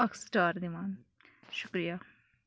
اکھ سٹار دِوان شُکریا